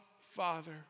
Father